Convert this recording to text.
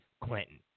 Clinton